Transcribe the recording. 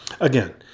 Again